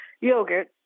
yogurt